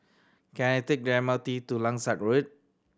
can I take the M R T to Langsat Road